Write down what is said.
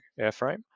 airframe